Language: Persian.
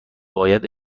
باید